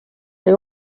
jäi